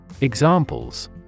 Examples